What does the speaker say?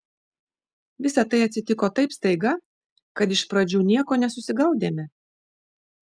visa tai atsitiko taip staiga kad iš pradžių nieko nesusigaudėme